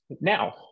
now